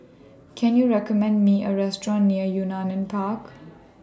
Can YOU recommend Me A Restaurant near Yunnan in Park